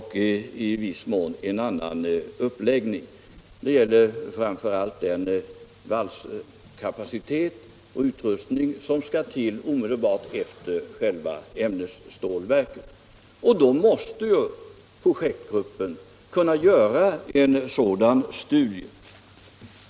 En i viss mån annan uppläggning kan komma i fråga, framför allt när det gäller den valskapacitet och utrustning som skall till omedelbart efter själva ämnesstålverket, och då måste naturligtvis projektgruppen kunna göra en sådan här studie.